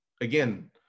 again